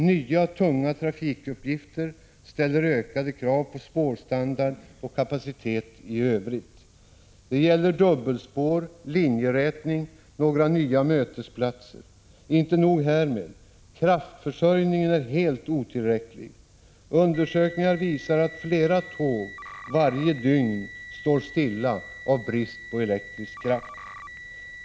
Nya tunga trafikuppgifter ställer ökade krav på spårstandard och kapacitet i övrigt. Det gäller dubbelspår, linjerätning, några nya mötesplatser. Inte nog härmed — kraftförsörjningen är helt otillräcklig. Undersökningar visar att flera tåg varje dygn står stilla av brist på elektrisk kraft.